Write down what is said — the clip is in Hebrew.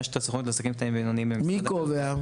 יש את הסוכנות לעסקים קטנים ובינוניים --- מי קובע?